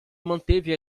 manteve